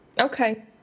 Okay